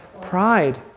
Pride